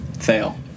fail